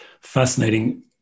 fascinating